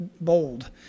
Bold